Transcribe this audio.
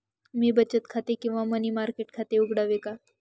मी बचत खाते किंवा मनी मार्केट खाते उघडावे का?